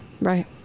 Right